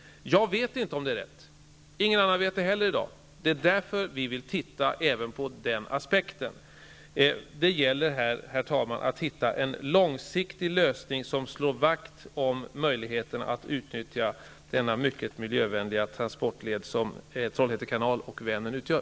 Jag vet inte om detta är rätt, och det finns i dag inte heller någon annan som vet det. Det är av den anledningen vi vill titta även på den aspekten. Det gäller, herr talman, att hitta en långsiktig lösning, som slår vakt om möjligheterna att utnyttja den mycket miljövänliga transportled som Trollhätte kanal och Vänern utgör.